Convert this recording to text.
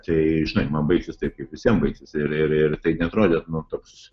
tai žinai man baigsis taip kaip visiem baigsis ir ir tai neatrodė toks